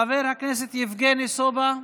חבר הכנסת יבגני סובה,